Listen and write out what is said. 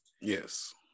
Yes